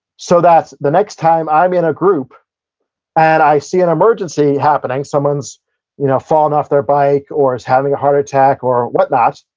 so that the next time i'm in a group and i see an emergency happening, someone's you know fallen off their bike or is having a heart attack, or whatnot,